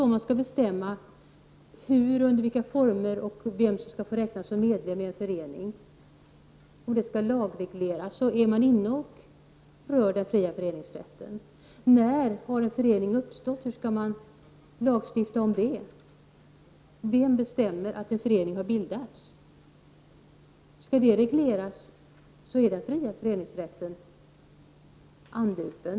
Om man skall bestämma hur, i vilka former och vem som skall få räknas som medlem i en förening och detta alltså skall regleras i lagen, är man också inne på den fria föreningsrättens område. När uppstår en förening? Hur kan man lagstifta om sådant här? Vem bestämmer att en förening har bildats? Skall sådant regleras, är den fria föreningsrätten anlupen.